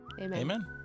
Amen